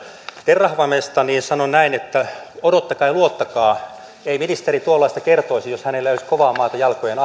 terrafamesta sanon että odottakaa ja luottakaa ei ministeri tuollaista kertoisi jos hänellä ei olisi kovaa maata jalkojen alla mutta ei pidä